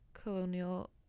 colonial